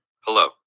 Hello